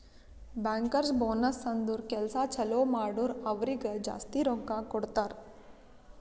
bankers bonus ಅಂದುರ್ ಕೆಲ್ಸಾ ಛಲೋ ಮಾಡುರ್ ಅವ್ರಿಗ ಜಾಸ್ತಿ ರೊಕ್ಕಾ ಕೊಡ್ತಾರ್